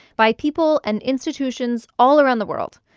by people and institutions all around the world.